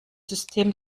system